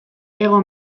hego